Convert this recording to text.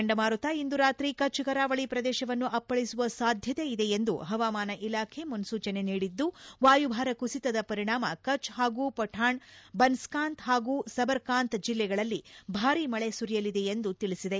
ಚಂಡಮಾರುತ ಇಂದು ರಾತ್ರಿ ಕಚ್ ಕರಾವಳಿ ಪ್ರದೇಶವನ್ನು ಅಪ್ಪಳಿಸುವ ಸಾಧ್ಯಕೆಯಿದೆ ಎಂದು ಹವಾಮಾನ ಇಲಾಖೆ ಮನ್ಸೂಚನೆ ನೀಡಿದ್ದು ವಾಯುಭಾರ ಕುಸಿತದ ಪರಿಣಾಮ ಕಚ್ ಹಾಗೂ ಪಠಾಣ್ ಬನಸ್ಕಾಂತ ಹಾಗೂ ಸಬರ್ಕಾಂತ ಜಿಲ್ಲೆಗಳಲ್ಲಿ ಭಾರಿ ಮಳೆ ಸುರಿಯಲಿದೆ ಎಂದು ತಿಳಿಸಿದೆ